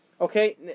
Okay